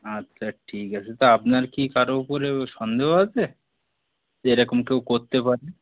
আচ্ছা ঠিক আছে তা আপনার কি কারোর ওপরে সন্দেহ আছে এরাকম কেউ করতে পারে